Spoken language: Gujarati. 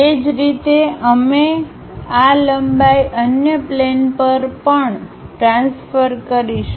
એ જ રીતે અમે આ લંબાઈ અન્ય પ્લેન પર પણ ટ્રાન્સફર કરીશું